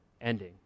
ending